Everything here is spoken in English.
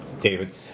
David